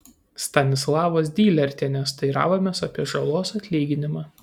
stanislavos dylertienės teiravomės apie žalos atlyginimą